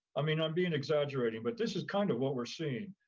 i mean, i'm being exaggerating, but this is kind of what we're seeing.